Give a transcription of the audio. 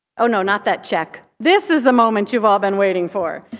oh, no, not that check. this is the moment you've all been waiting for.